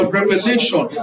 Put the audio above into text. revelation